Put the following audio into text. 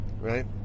Right